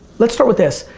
let's start with this,